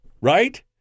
Right